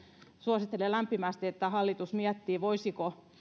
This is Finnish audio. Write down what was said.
suosittelen lämpimästi että hallitus miettii voisiko